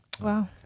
Wow